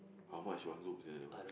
how much one room sia that one